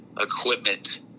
equipment